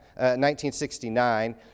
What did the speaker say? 1969